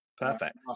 perfect